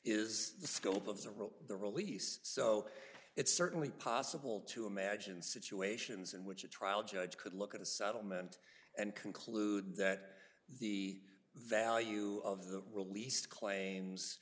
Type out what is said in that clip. release so it's certainly possible to imagine situations in which a trial judge could look at a settlement and conclude that the value of the released claims